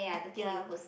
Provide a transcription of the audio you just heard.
ya